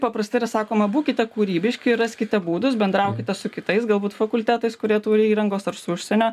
paprastai yra sakoma būkite kūrybiški ir raskite būdus bendraukite su kitais galbūt fakultetais kurie turi įrangos ar su užsienio